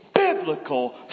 biblical